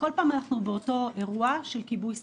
וכל פעם אנחנו באותו אירוע של כיבוי שריפה.